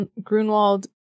Grunwald